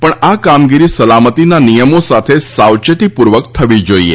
પણ આ કામગીરી સલામતીના નિયમો સાથે સાવચેતીપૂર્વક થવી જોઈએ